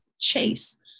chase